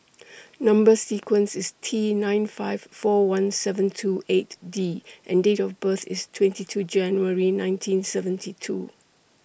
Number sequence IS T nine five four one seven two eight D and Date of birth IS twenty two January nineteen seventy two